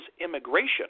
immigration